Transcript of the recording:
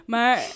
Maar